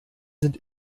sind